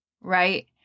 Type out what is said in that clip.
Right